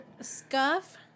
Scuff